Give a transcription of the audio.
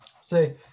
Say